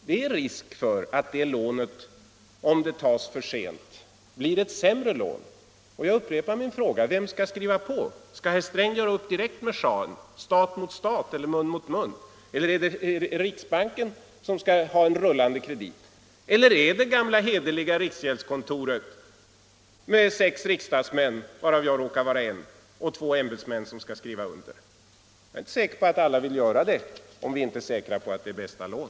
Det är risk för att ett sådan lån, om det tas för sent, blir sämre än det behöver bli. Och jag upprepar mina frågor: Vem skall skriva på? Skall herr Sträng göra upp direkt med schahen, stat mot stat eller mun mot mun? Eller är det riksbanken som skall ha en rullande kredit? Eller är det gamla hederliga riksgäldskontoret med sex riksdagsmän — varav jag råkar vara en — och två ämbetsmän som skall skriva under? Jag är inte säker på att alla vill göra det om vi inte är förvissade om att det är bästa lån.